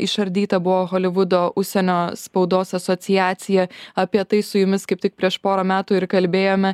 išardyta buvo holivudo užsienio spaudos asociacija apie tai su jumis kaip tik prieš porą metų ir kalbėjome